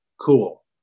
cool